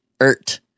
ERT